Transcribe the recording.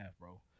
bro